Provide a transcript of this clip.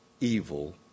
evil